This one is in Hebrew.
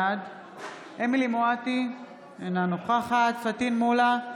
בעד אמילי חיה מואטי, אינה נוכחת פטין מולא,